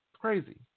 Crazy